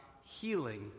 healing